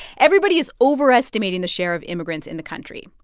everybody is overestimating the share of immigrants in the country.